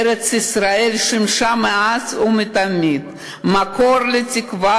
ארץ-ישראל שימשה מאז ומתמיד מקור לתקווה,